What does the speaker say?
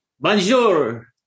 Bonjour